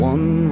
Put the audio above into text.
One